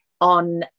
on